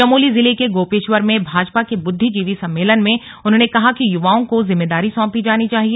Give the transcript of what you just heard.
चमोली जिले के गोपेश्वर में भाजपा के बुद्धिजीवी सम्मेलन में उन्होंने कहा कि युवाओं को जिम्मेदारी सौंपी जानी चाहिए